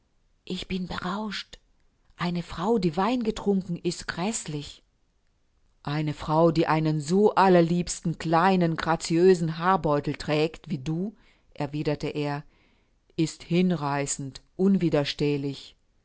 ich bin berauscht eine frau die wein getrunken ist gräßlich eine frau die einen so allerliebsten kleinen graziösen haarbeutel trägt wie du erwiderte er ist hinreißend unwiderstehlich